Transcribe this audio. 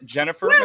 Jennifer